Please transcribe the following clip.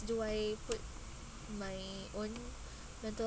do I put my own mental